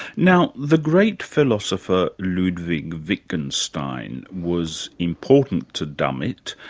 now, the great philosopher ludwig wittgenstein was important to dummett,